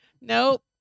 Nope